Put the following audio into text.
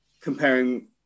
comparing